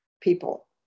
people